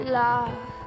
love